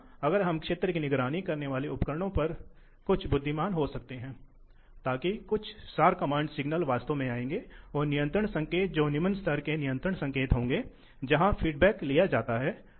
तो आइए हम एक पंखे की मूल विशेषता पर ध्यान दें इसलिए हम यहां हैं पंखा है यह पंखे की आंतरिक विशेषता है चाहे जो भी लोड हो